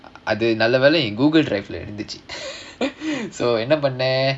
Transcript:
அது நல்ல வேளை:adhu nalla velai Google drive leh இருந்துச்சு:irunthuchu so என்ன பண்ணேன்:enna pannaen